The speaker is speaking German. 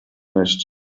nicht